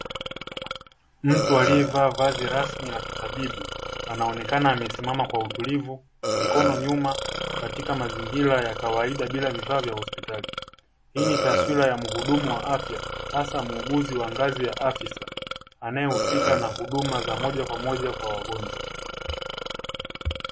Mtu aliyevaa vazi rasmi la kitabibu, anaonekana amesimama kwa utulivu mikono nyuma, katika mazingira ya kawaida bila vifaa vya hospitali. Hii ni taswira ya mhudumu wa afya hasa muuguzi wa ngazi ya afisa, anayehusika na huduma za moja kwa moja kwa wagonjwa.